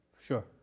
Sure